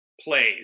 plays